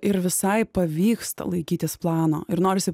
ir visai pavyksta laikytis plano ir norisi